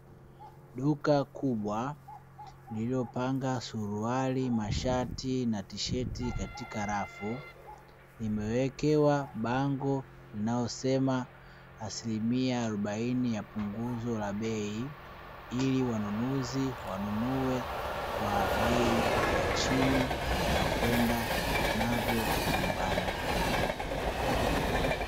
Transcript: Duka kubwa lililopanga suruali mashati na tisheti katika rafu, imewekewa bango linalosema asilimia arobaini yapunguzo la bei ili wanunuzi wanunue kwa bei ya chini na kwenda navyo nyumbani.